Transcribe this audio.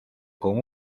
con